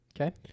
okay